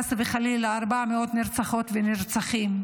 חס וחלילה, ליותר מ-400 נרצחות ונרצחים.